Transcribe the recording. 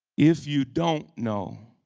if you don't know,